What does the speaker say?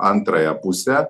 antrąją pusę